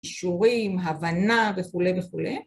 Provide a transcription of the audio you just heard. שיעורים, הבנה וכו' וכו'.